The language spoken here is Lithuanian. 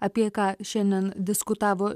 apie ką šiandien diskutavo